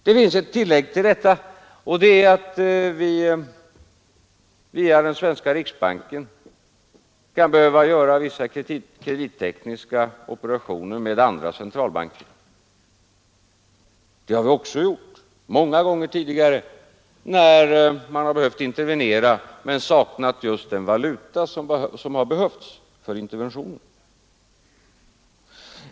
Det finns ett tillägg till detta, och det är att vi via den svenska riksbanken kan behöva göra vissa kredittekniska operationer med andra centralbanker. Det har vi också gjort många gånger tidigare, när man har behövt intervenera men saknat just den valuta som behövts för interventionen.